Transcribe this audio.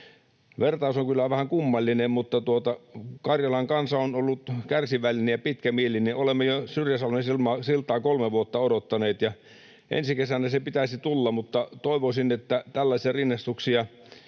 vertaus on kyllä vähän kummallinen, mutta Karjalan kansa on ollut kärsivällinen ja pitkämielinen. Olemme Syrjäsalmen siltaa jo kolme vuotta odottaneet, ja ensi kesänä sen pitäisi tulla. Toivoisin, että tällaisia rinnastuksia